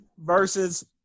versus